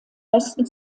besten